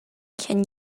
can